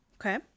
Okay